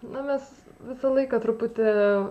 na mes visą laiką truputį